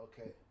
Okay